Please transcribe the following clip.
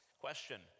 Question